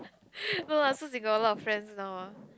no lah Su Jing got a lot of friends now ah